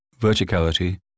verticality